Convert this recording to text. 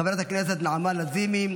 חברת הכנסת נעמה לזימי,